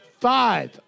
five